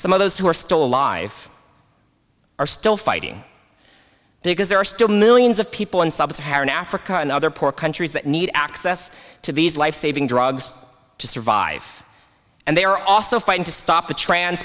some of those who are still alive are still fighting because there are still millions of people in sub saharan africa and other poor countries that need access to these lifesaving drugs to survive and they are also fighting to stop the tran